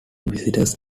visitors